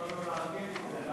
למה לא לעגן את זה?